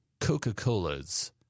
Coca-Cola's